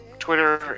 Twitter